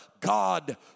God